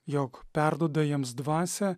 jog perduoda jiems dvasią